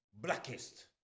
blackest